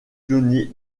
pionniers